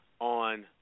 on